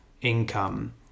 income